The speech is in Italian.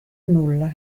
nulla